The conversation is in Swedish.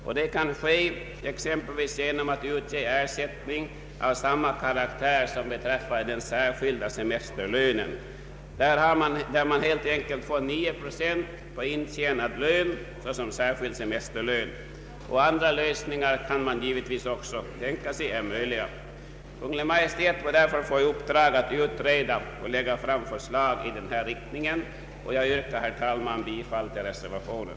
Detta kan ske exempelvis genom att utge ersättning av samma karaktär som beträffande den särskilda semesterlönen, där man helt enkelt får 9 procent på intjänad lön såsom särskild semes terlön. Andra lösningar är givetvis möjliga. Kungl. Maj:t bör därför få i uppdrag att utreda frågan och lägga fram förslag i den här riktningen. Jag yrkar, herr talman, bifall till reservationen.